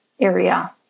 area